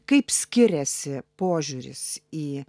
kaip skiriasi požiūris į